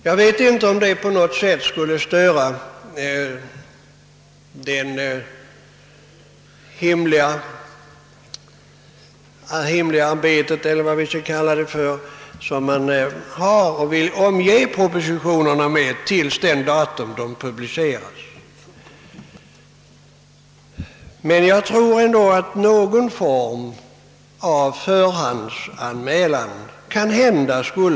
Jag vet inte om det är nödvändigt att hålla fast vid den hemlighetsfullhet varmed man omger propositionerna till dess de publiceras, men jag tror att någon form av förhandsanmälan borde kunna prövas.